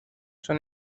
son